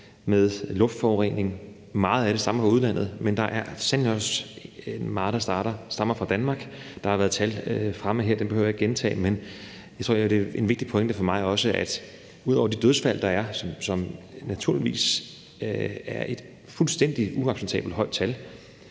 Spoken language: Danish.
med luftforureningen. Meget af den stammer fra udlandet, men der er så sandelig også meget, der stammer fra Danmark. Der har været tal fremme her, og dem behøver jeg ikke gentage, men jeg tror også, det for mig er en vigtig pointe, at der ud over de dødsfald, der er, og hvor det naturligvis er et fuldstændig uacceptabelt højt tal,